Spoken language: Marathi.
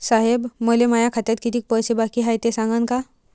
साहेब, मले माया खात्यात कितीक पैसे बाकी हाय, ते सांगान का?